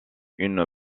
une